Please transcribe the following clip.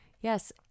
Yes